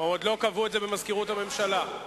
במזכירות הממשלה.